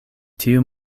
tiu